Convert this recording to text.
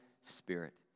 Spirit